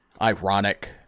ironic